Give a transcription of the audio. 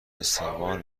استقبال